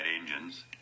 engines